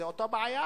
וזאת אותה בעיה.